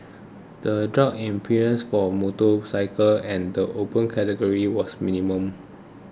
the drop in premiums for motorcycles and the Open Category was minimal